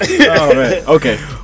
Okay